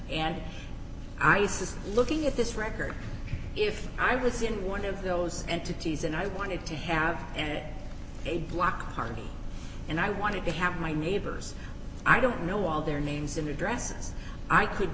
and ice is looking at this record if i was in one of those entities and i wanted to have an it a block party and i wanted to have my neighbors i don't know all their names and addresses i could